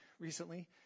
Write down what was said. recently